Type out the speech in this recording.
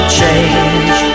change